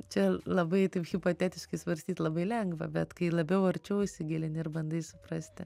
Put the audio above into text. čia labai taip hipotetiškai svarstyt labai lengva bet kai labiau arčiau įsigilini ir bandai suprasti